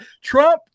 Trump